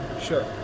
sure